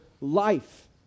life